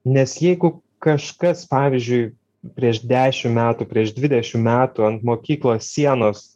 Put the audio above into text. nes jeigu kažkas pavyzdžiui prieš dešim metų prieš dvidešim metų ant mokyklos sienos